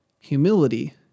humility